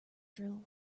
drill